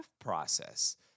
process